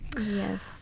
yes